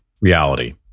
reality